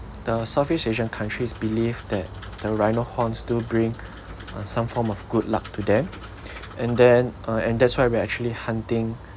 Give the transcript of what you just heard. the southeast asian countries believe that the rhino horns do bring uh on some form of good luck to them and then uh and that's why we're actually hunting